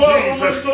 Jesus